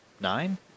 nine